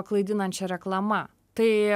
klaidinančia reklama tai